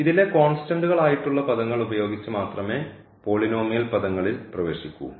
ഇതിലെ കോൺസ്റ്റന്റ്കൾ ആയിട്ടുള്ള പദങ്ങൾ ഉപയോഗിച്ച് മാത്രമേ പോളിനോമിയൽ പദങ്ങളിൽ പ്രവേശിക്കൂ